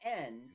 end